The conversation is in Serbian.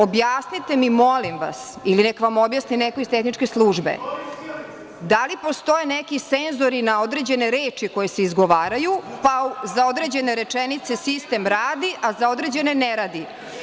Objasnite mi molim vas ili neka vam objasni neko iz tehničke službe, da li postoje neki senzori na određene reči koje se izgovaraju, pa za određene rečenice sistem radi, a za određene ne radi.